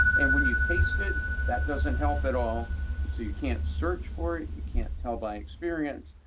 and when you taste it, that doesn't help at all, and so you can't search for it. you can't tell by experience.